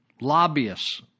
lobbyists